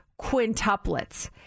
quintuplets